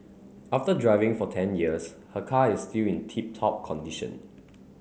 after driving for ten years her car is still in tip top condition